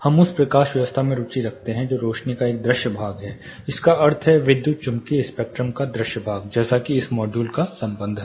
हम उस प्रकाश व्यवस्था में रुचि रखते हैं जो रोशनी का एक दृश्य भाग है जिसका अर्थ है विद्युत चुम्बकीय स्पेक्ट्रम का दृश्य भाग जैसा कि इस मॉड्यूल का संबंध है